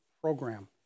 program